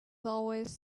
always